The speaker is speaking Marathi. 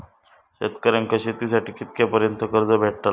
शेतकऱ्यांका शेतीसाठी कितक्या पर्यंत कर्ज भेटताला?